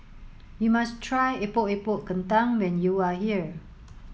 you must try Epok Epok Kentang when you are here